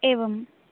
एवम्